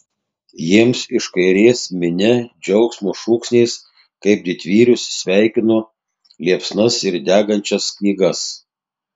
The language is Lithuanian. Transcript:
jiems iš kairės minia džiaugsmo šūksniais kaip didvyrius sveikino liepsnas ir degančias knygas